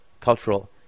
cultural